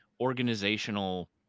organizational